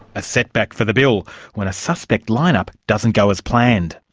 a setback for the bill when a suspect line-up doesn't go as planned.